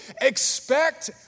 expect